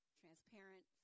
transparent